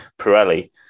Pirelli